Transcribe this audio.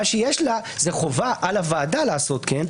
מה שיש לה, זאת חובה על הוועדה לעשות כן.